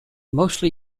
mostly